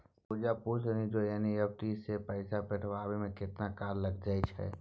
पूजा पूछलनि जे एन.ई.एफ.टी सँ पैसा पठेबामे कतेक काल लगैत छै